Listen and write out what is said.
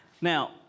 Now